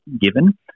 given